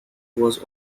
was